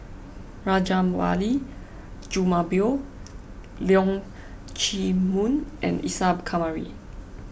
Rajabali Jumabhoy Leong Chee Mun and Isa Kamari